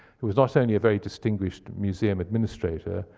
who was not only a very distinguished museum administrator,